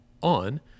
on